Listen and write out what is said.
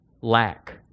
lack